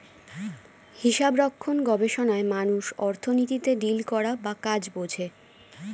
হিসাবরক্ষণ গবেষণায় মানুষ অর্থনীতিতে ডিল করা বা কাজ বোঝে